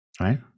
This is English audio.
Right